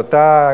אז אתה,